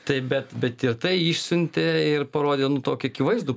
taip bet bet ir tai išsiuntė ir parodė nu tokį akivaizdų